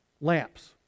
lamps